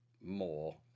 more